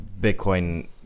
Bitcoin